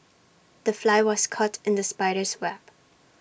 the fly was caught in the spider's web